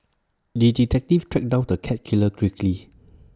the detective tracked down the cat killer quickly